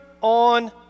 on